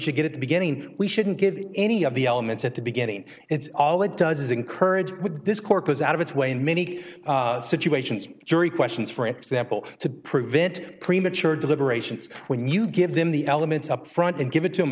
should get at the beginning we shouldn't give any of the elements at the beginning it's all it does is encourage this corpus out of its way in many situations jury questions for example to prevent premature deliberations when you give them the elements upfront and give it to him